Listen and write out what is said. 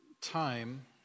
time